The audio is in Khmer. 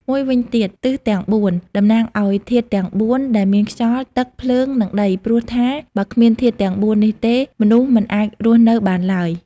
មួយវិញទៀតទិសទាំង៤ តំណាងឱ្យធាតុទាំង៤ ដែលមានខ្យល់ ទឹក ភ្លើង និងដី ព្រោះថាបើគ្មានធាតុទាំង ៤នេះទេ មនុស្សមិនអាចរស់នៅបានឡើយ ។